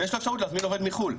ויש לו אפשרות להזמין עובד מחו"ל.